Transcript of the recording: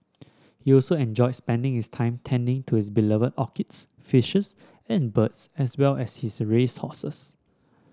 he also enjoyed spending his time tending to his beloved orchids fishes and birds as well as his race horses